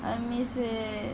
I miss food